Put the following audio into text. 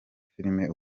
filimi